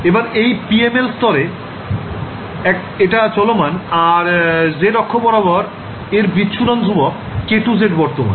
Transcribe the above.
এবার এই PMLস্তরে এটা চলমান আর z অক্ষ বরাবর এর বিচ্ছুরণ ধ্রুবক k2z বর্তমান